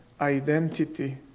identity